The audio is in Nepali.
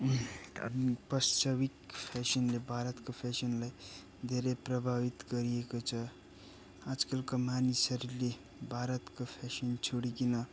पर्स्यविक फेसनले भारतको फेसनलाई धेरै प्रभावित गरिएको छ आजकलको मानिसहरूले भारतको फेसन छोडिकिन